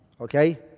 Okay